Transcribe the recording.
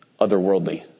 otherworldly